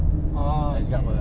oh K